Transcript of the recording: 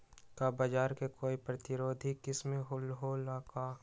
का बाजरा के कोई प्रतिरोधी किस्म हो ला का?